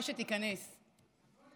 שאומר דברים בשבחה של ארץ ישראל השלמה,